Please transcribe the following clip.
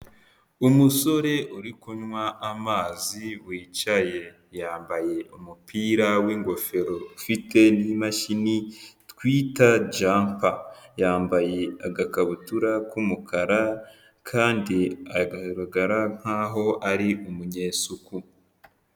Umusore uri kunywa amazi wicaye yambaye umupira w'ingofero ufite n'imashini twita jampa yambaye agakabutura k'umukara kandi agaragara nk'aho ari umunyesuku.